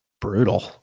brutal